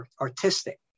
artistic